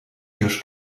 dius